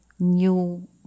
new